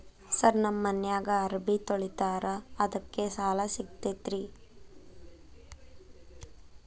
Sir ನಮ್ಮ ಮನ್ಯಾಗ ಅರಬಿ ತೊಳಿತಾರ ಅದಕ್ಕೆ ಸಾಲ ಸಿಗತೈತ ರಿ?